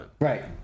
Right